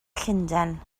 llundain